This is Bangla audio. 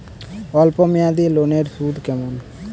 অল্প মেয়াদি লোনের সুদ কেমন?